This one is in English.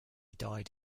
died